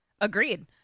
Agreed